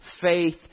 faith